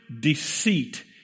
deceit